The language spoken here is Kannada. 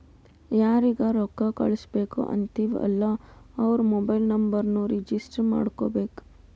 ಯಾರಿಗ ರೊಕ್ಕಾ ಕಳ್ಸುಬೇಕ್ ಅಂತಿವ್ ಅಲ್ಲಾ ಅವ್ರ ಮೊಬೈಲ್ ನುಂಬರ್ನು ರಿಜಿಸ್ಟರ್ ಮಾಡ್ಕೋಬೇಕ್